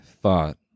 thought